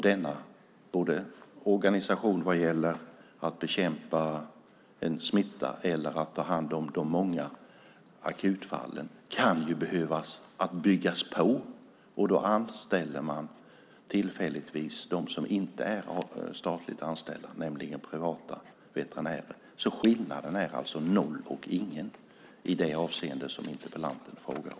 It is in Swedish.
Denna organisation som har att bekämpa en smitta eller att ta hand om de många akutfallen kan man behöva bygga på. Då anställer man tillfälligtvis dem som inte är statligt anställda, nämligen privata veterinärer. Skillnaden är noll och ingen i det avseende som interpellanten frågar om.